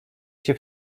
się